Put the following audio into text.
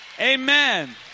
Amen